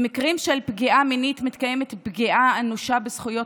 במקרים של פגיעה מינית מתקיימת פגיעה אנושה בזכויות